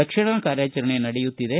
ರಕ್ಷಣಾ ಕಾರ್ಯಾಚರಣೆ ನಡೆಯುತ್ತಿದೆ